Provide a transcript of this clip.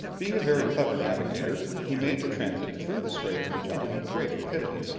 being a very clever navigator, he made the transit through the strait of magellan with great rapidity.